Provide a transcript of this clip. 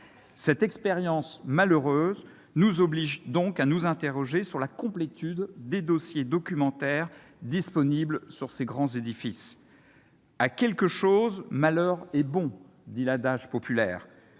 Cette expérience malheureuse nous oblige donc à nous interroger sur la complétude des dossiers documentaires disponibles sur nos grands édifices. « À quelque chose malheur est bon », dit l'adage populaire.